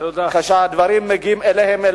כשהדברים מגיעים אליהם,